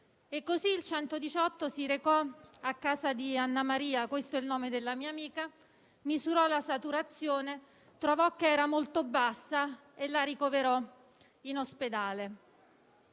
E così il 118 si recò a casa di Annamaria - questo è il nome della mia amica - misurò la saturazione, trovò che era molto bassa e la ricoverò in ospedale.